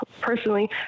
personally